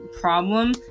problem